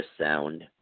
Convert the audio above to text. sound